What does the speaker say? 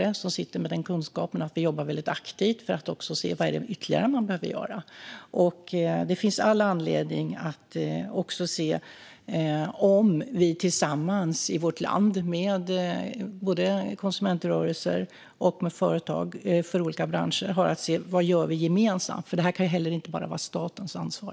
Jag som sitter med kunskapen tolkar det som att vi jobbar väldigt aktivt för att se vad vi ytterligare behöver göra. Det finns all anledning att se vad vi tillsammans i vårt land, både konsumentrörelser och företag i olika branscher, kan göra gemensamt. Detta kan nämligen inte heller vara enbart statens ansvar.